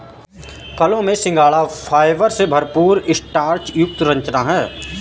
फलों में सिंघाड़ा फाइबर से भरपूर स्टार्च युक्त संरचना है